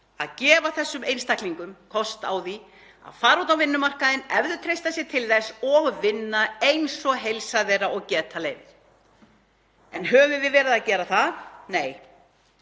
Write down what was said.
að gefa þessum einstaklingum kost á því að fara út á vinnumarkaðinn ef þeir treysta sér til og vinna eins og heilsa þeirra og geta leyfir. En höfum við verið að gera það? Nei,